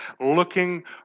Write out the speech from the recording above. looking